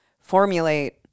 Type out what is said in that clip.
formulate